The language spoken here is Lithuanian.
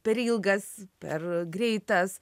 per ilgas per greitas